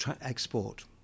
export